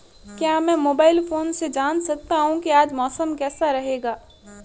क्या मैं mobile phone से जान सकता हूँ कि आज मौसम कैसा रहेगा?